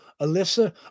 Alyssa